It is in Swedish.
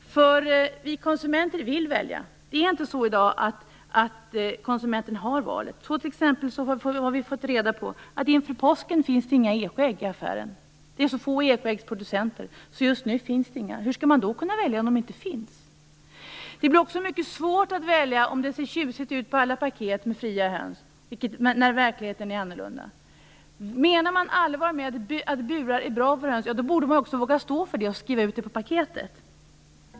Vi konsumenter vill välja, men det är i dag inte så att konsumenten har ett val. Vi har t.ex. fått reda på att det inför påsken inte finns några ätägg i affärerna. Ätäggsproducenterna är så få att det just nu inte finns några sådana ägg. Hur skall man kunna välja sådana, om det inte finns några? Det blir också mycket svårt att välja, om alla paket har tjusiga bilder av fria höns, trots att verkligheten är annorlunda. Menar man allvar med att burar är bra för höns, borde man också våga stå för det och skriva ut det på paketet.